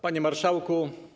Panie Marszałku!